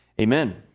Amen